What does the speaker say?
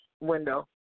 Window